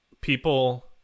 people